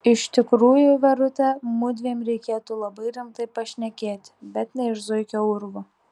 iš tikrųjų verute mudviem reikėtų labai rimtai pašnekėti bet ne iš zuikio urvo